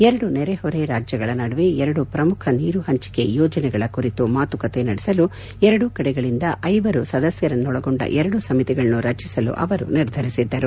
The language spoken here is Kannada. ಎರಡು ನೆರೆಹೊರೆ ರಾಜ್ಯಗಳ ನಡುವೆ ಎರೆದು ಪ್ರಮುಖ ನೀರು ಹಂಚಿಕೆ ಯೋಜನೆಗಳ ಕುರಿತು ಮಾತುಕತೆ ನಡೆಸಲು ಎರೆದೂ ಕಡೆಗಳಿಂದ ಐವರು ಸದಸ್ಯರನ್ನೊಳಗೊಂಡ ಎರಡು ಸಮಿತಿಗಳನ್ನು ರಚಿಸಲು ಅವರುಗಳು ನಿರ್ಧರಿಸಿದ್ದರು